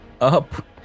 up